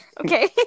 Okay